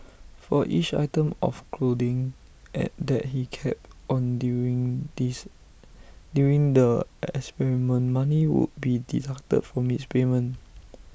for each item of clothing at that he kept on during this during the experiment money would be deducted from his payment